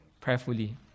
prayerfully